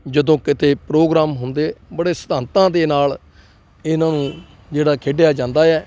ਜਦੋਂ ਕਿਤੇ ਪ੍ਰੋਗਰਾਮ ਹੁੰਦੇ ਬੜੇ ਸਿਧਾਂਤਾਂ ਦੇ ਨਾਲ ਇਹਨਾਂ ਨੂੰ ਜਿਹੜਾ ਖੇਡਿਆ ਜਾਂਦਾ ਹੈ